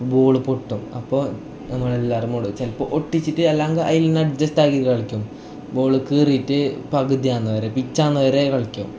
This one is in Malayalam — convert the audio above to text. അപ്പോൾ ബോൾ പൊട്ടും അപ്പോൾ നമ്മൾ എല്ലാവരും കൂടെ ചിലപ്പോൾ ഒട്ടിച്ചിട്ട് അല്ലെങ്കിൽ അതിന് അഡ്ജസ്റ്റ് ആക്കി കളിക്കും ബോൾ കീറിയിട്ട് പകുതിയാവുന്നത് വരെ പിച്ചാവുന്നത് വരെ കളിക്കും